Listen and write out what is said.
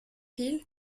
peel